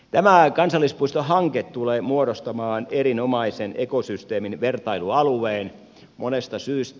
tämä kansallispuistohanke tulee muodostamaan erinomaisen ekosysteemin vertailualueen monesta syystä